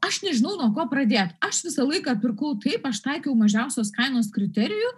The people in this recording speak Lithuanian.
aš nežinau nuo ko pradėt aš visą laiką pirkau taip aš taikiau mažiausios kainos kriterijų